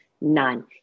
none